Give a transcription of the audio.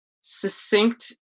succinct